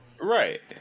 right